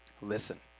Listen